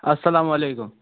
اَسلام وعلیکُم